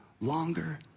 longer